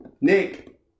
Nick